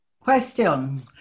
question